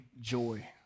joy